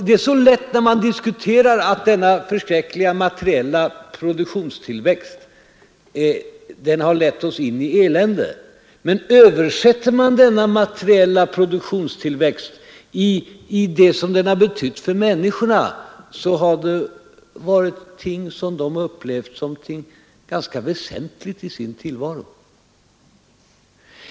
Det är så lätt att säga, när man diskuterar, att denna förskräckliga materiella produktionstillväxt har lett oss in i elände. Men översätter man denna materiella produktionstillväxt i det som den har betytt för människorna, så finner man att det varit ting som de har upplevt som ganska väsentliga i sin tillvaro.